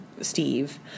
Steve